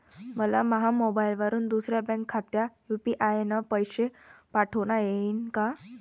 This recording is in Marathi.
मले माह्या मोबाईलवरून दुसऱ्या बँक खात्यात यू.पी.आय न पैसे पाठोता येईन काय?